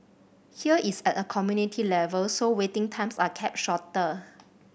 here it's at a community level so waiting times are kept shorter